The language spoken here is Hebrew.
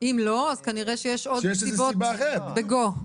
אם לא, אז כנראה שיש עוד סיבות בגו.